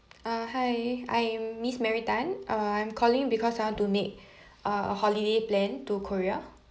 uh hi I'm miss mary tan uh I'm calling because I want to make uh a holiday plan to korea